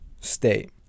state